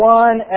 one